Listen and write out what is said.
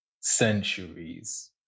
centuries